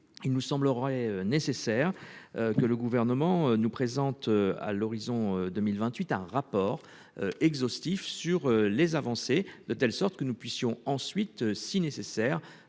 il nous semblerait nécessaire. Que le gouvernement nous présente à l'horizon 2028 un rapport. Exhaustif sur les avancées de telle sorte que nous puissions ensuite si nécessaire.